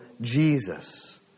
Jesus